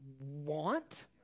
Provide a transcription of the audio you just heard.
want